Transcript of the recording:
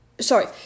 sorry